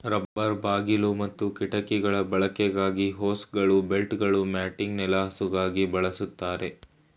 rubber ಬಾಗಿಲು ಮತ್ತು ಕಿಟಕಿಗಳ ಬಳಕೆಗಾಗಿ ಹೋಸ್ಗಳು ಬೆಲ್ಟ್ಗಳು ಮ್ಯಾಟಿಂಗ್ ನೆಲಹಾಸುಗಾಗಿ ಬಳಸ್ತಾರೆ